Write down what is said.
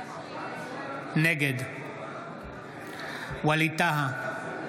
נגד ווליד טאהא,